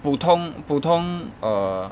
普通普通 err